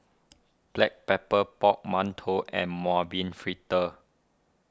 Black Pepper Pork Mantou and Mung Bean Fritters